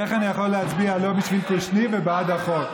איך אני יכול להצביע לא בשביל קושניר ובעד החוק.